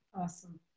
Awesome